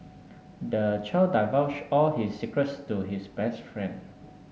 the child divulged all his secrets to his best friend